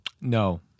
No